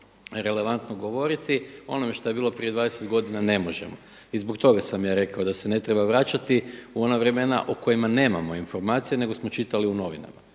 relevantno govoriti, a o onome što je bilo prije 20 godina ne možemo. I zbog toga sam ja rekao da se ne treba vraćati u ona vremena o kojima nemamo informacije, nego smo čitali u novinama.